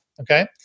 Okay